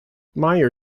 meyer